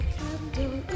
candle